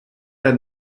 der